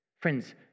Friends